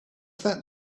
that